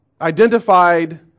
identified